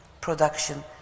production